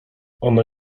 ona